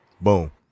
boom